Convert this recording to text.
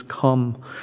come